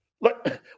Look